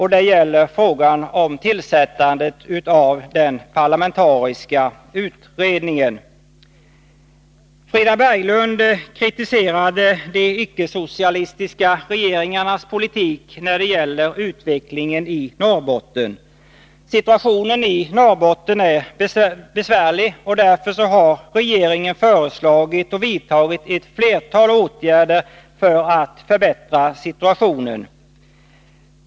Det gäller frågan om tillsättandet av en parlamentarisk utredning. Frida Berglund kritiserade de icke-socialistiska regeringarnas politik när det gäller utvecklingen i Norrbotten. Situationen i Norrbotten är besvärlig. Därför har regeringen föreslagit och vidtagit ett flertal åtgärder för att förbättra situationen.